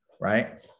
right